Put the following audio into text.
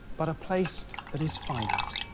but a place that is finite,